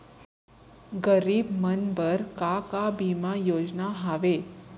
गरीब मन बर का का बीमा योजना हावे?